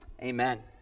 amen